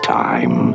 time